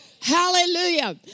Hallelujah